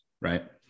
right